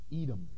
Edom